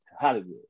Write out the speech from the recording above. Hollywood